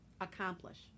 accomplish